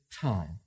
time